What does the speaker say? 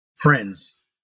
friends